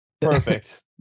Perfect